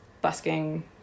busking